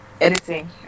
editing